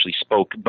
spoke